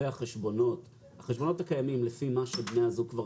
החשבונות הקיימים לפי מה שבני הזוג כבר